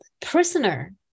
Prisoner